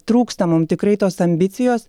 trūksta mum tikrai tos ambicijos